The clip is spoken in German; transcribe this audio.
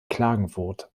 klagenfurt